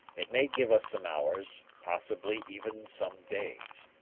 it may give us some hours, possibly even some days,